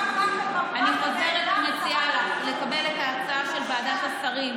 אני חוזרת ומציעה לך לקבל את ההצעה של ועדת השרים